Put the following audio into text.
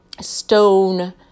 stone